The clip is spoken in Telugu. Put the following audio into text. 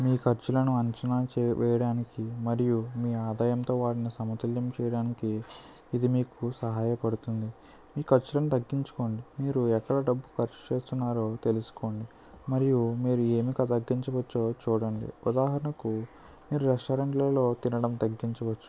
మీ ఖర్చులను అంచనా చేయ వేయడానికి మరియు మీ ఆదాయంతో వాటిని సమతుల్యం చేయడానికి ఇది మీకు సహాయపడుతుంది మీ ఖర్చులని తగ్గించుకోండి మీరు డబ్బు ఎక్కడ ఖర్చు చేస్తున్నారో తెలుసుకోండి మరియు మీరు ఏమి తగ్గించ వచ్చో చూడండి ఉదాహరణకు రెస్టారెంట్లలో తినడం తగ్గించవచ్చు